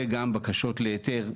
וגם בקשות להיתר,